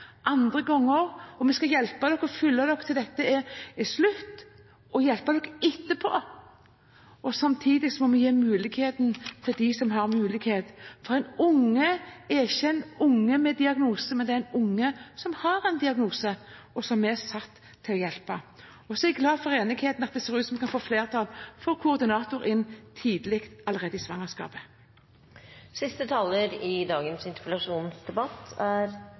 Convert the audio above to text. vi ikke gjøre mer, men vi skal hjelpe dere og følge dere til dette er slutt og hjelpe dere etterpå. Samtidig må vi gi mulighetene til dem som har andre forutsetninger. For en unge er ikke en unge med diagnose, men det er en unge som har en diagnose, og som vi er satt til å hjelpe. Jeg er glad for enigheten, at det ser ut som vi kan få flertall for å få koordinator inn tidlig, allerede i